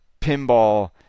pinball